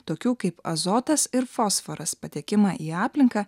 tokių kaip azotas ir fosforas patekimą į aplinką